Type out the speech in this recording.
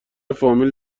فامیل